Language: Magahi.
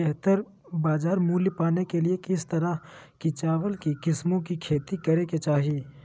बेहतर बाजार मूल्य पाने के लिए किस तरह की चावल की किस्मों की खेती करे के चाहि?